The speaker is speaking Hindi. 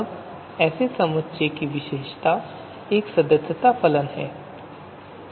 अब ऐसे समुच्चय की विशेषता एक सदस्यता फलन है